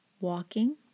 walking